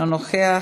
אינו נוכח,